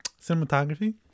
cinematography